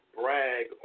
brag